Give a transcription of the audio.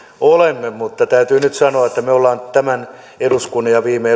olemme mutta täytyy nyt sanoa että me olemme tämän eduskunnan kaudella ja viime